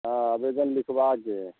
हाँ आवेदन लिखवाकर